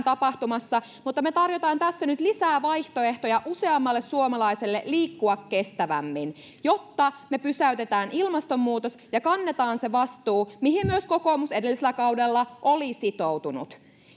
tapahtumassa mutta me tarjoamme tässä nyt lisää vaihtoehtoja useammalle suomalaiselle liikkua kestävämmin jotta me pysäytämme ilmastonmuutoksen ja kannamme sen vastuun mihin myös kokoomus edellisellä kaudella oli sitoutunut